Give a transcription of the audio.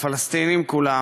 הפלסטינים כולם,